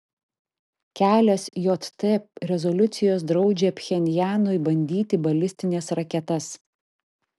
kelios jt rezoliucijos draudžia pchenjanui bandyti balistines raketas